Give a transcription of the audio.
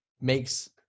Makes